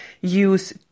use